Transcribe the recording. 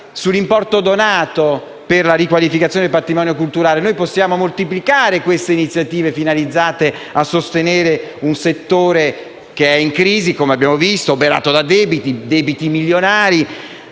sull'importo donato per la riqualificazione del patrimonio culturale. Possiamo moltiplicare le iniziative finalizzate a sostenere un settore che è in crisi - come abbiamo visto - e che è oberato da debiti milionari,